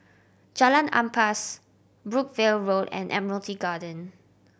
Jalan Ampas Brookvale Walk and Admiralty Garden